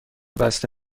بسته